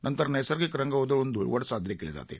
नंतर नैसर्गिक रंग उधळून ध्रळवड साजरी केली जाते